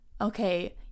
okay